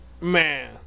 Man